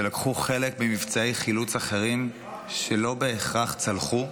שלקחו חלק במבצעי חילוץ אחרים שלא בהכרח צלחו,